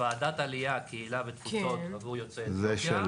ועדת עליה עבור יוצאי אתיופיה.